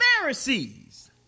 Pharisees